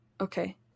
okay